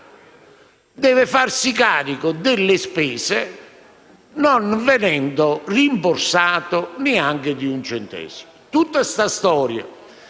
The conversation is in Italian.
deve farsi carico delle spese sostenute, non venendo rimborsato neanche di un centesimo. Tutta questa storia